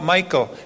Michael